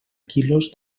quilos